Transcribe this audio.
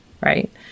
Right